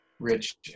Rich